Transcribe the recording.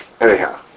Anyhow